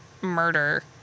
murder